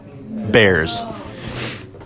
bears